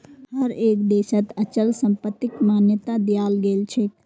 हर एक देशत अचल संपत्तिक मान्यता दियाल गेलछेक